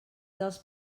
dels